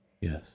Yes